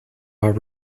are